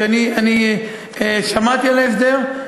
כי אני שמעתי על ההסדר,